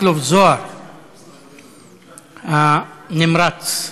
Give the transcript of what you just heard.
מכלוף מיקי זוהר הנמרץ.